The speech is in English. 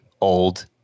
old